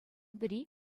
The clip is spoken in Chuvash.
пӗри